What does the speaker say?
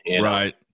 Right